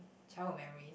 child memories